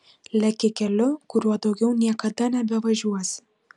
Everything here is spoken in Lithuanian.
leki keliu kuriuo daugiau niekada nebevažiuosi